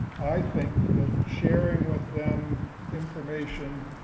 i think that sharing with them information,